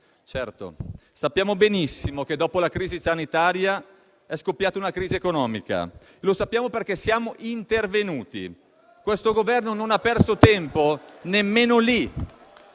Certo, sappiamo benissimo che dopo la crisi sanitaria è scoppiata una crisi economica; lo sappiamo perché siamo intervenuti. Questo Governo non ha perso tempo nemmeno lì: